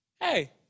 Hey